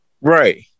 Right